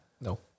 No